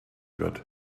wird